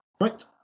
right